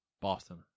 Boston